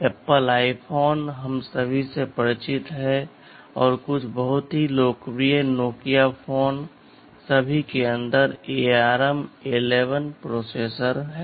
Apple iPhone हम सभी से परिचित हैं और कुछ बहुत ही लोकप्रिय Nokia फोन हैं सभी के अंदर ARM11 प्रोसेसर हैं